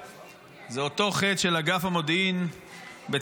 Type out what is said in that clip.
זה אותו חטא של אגף המודיעין בצה"ל,